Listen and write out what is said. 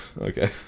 Okay